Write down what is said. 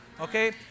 Okay